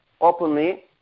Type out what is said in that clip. openly